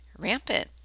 rampant